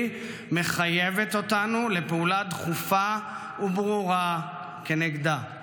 מחייבת אותנו לפעולה דחופה וברורה כנגדה.